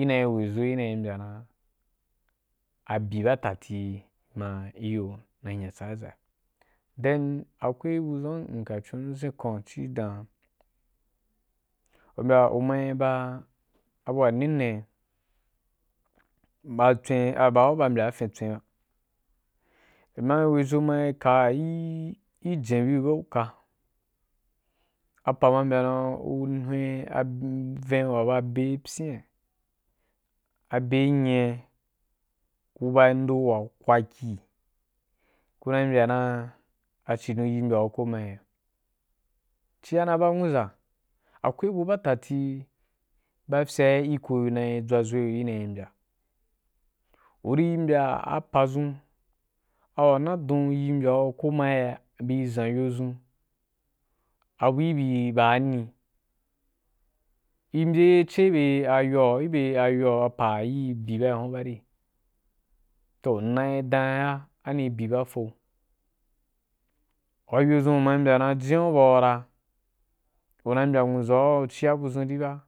Inai we ʒo i nai mbya dan abi badati ma iyo wa nya tsaʒaʒa then akwai budʒun’a m ka con m ʒen kwanyo ci dan u mbya u mai ba abu wa nene ba tswen baa u ba mbyaa afin tswen ba u ma we ʒo ma kaya i jen bui bye u ka apa ma mbya dan ku hwen aven wa be pyina abe nyina ku ba ndo wa kwakyì kuna mbya da a cidon yi mbyan koma gagea cia na ba nwuʒa akwai bu adadati oyea i ko naw dʒawaʒo iyo inau mbya u ri mbya apadʒun a wanadou yi mbayan ko ma agea bi ʒan yo ʒun abri bi baani i mbye ceu i be i be ayoa, i be ayoa ayi bi habuna bare toh m nai dan i ga ami bi ba fo ayo dʒun u ma mbya dan jina u bau ra u na mbya nwuʒau cia budʒun di ba